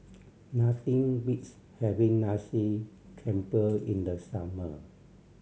nothing beats having Nasi Campur in the summer